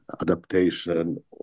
adaptation